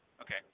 Okay